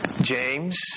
James